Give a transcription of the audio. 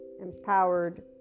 empowered